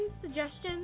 suggestions